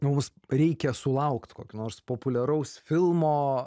mums reikia sulaukt kokio nors populiaraus filmo